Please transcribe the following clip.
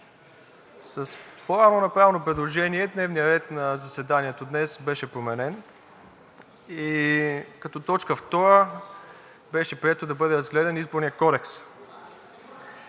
С по-рано направено предложение дневният ред на заседанието днес беше променено и като точка втора беше прието да бъде разгледан Изборният кодекс.